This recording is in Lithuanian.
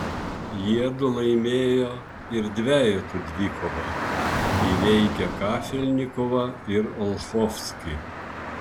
jiedu laimėjo ir dvejetų dvikovą įveikę kafelnikovą ir olchovskį